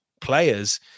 players